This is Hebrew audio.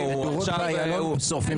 מדורות באיילון שורפים את המדינה.